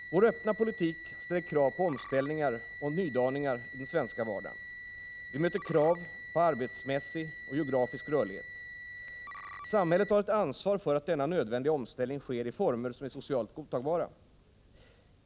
Vår öppna politik ställer krav på omställningar och nydaningar i den svenska vardagen. Vi möter krav på arbetsmässig och geografisk rörlighet. Samhället har ett ansvar för att denna nödvändiga omställning sker i former som är socialt godtagbara.